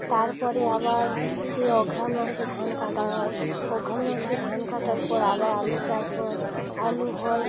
তারপরে আবার সেই অঘ্রাণ মাসে ধান কাটা হয় অঘ্রাণ মাসে ধান কাটার পর আবার আলু চাষ হয় আলু হয়